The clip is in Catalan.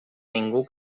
ningú